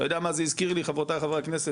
אתה יודע מה זה הזכיר לי חברותיי חברי הכנסת?